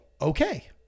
okay